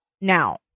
Now